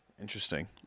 Interesting